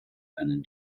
einen